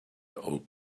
old